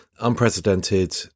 Unprecedented